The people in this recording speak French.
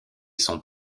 son